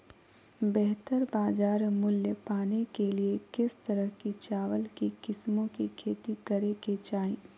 बेहतर बाजार मूल्य पाने के लिए किस तरह की चावल की किस्मों की खेती करे के चाहि?